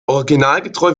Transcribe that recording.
originalgetreu